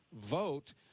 vote